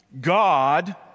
God